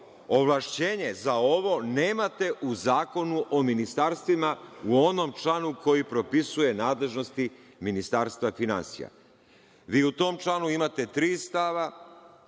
ovlašćenje za ovo nemate u Zakonu o ministarstvima u onom članu koji propisuje nadležnosti Ministarstva finansija. Vi u tom članu imate tri stava